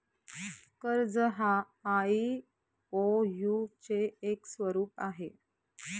कर्ज हा आई.ओ.यु चे एक स्वरूप आहे